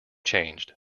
changed